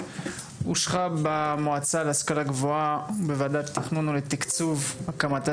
אושרה במועצה להשכלה גבוהה בוועדת התכנון ולתקצוב הקמתה